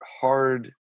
hard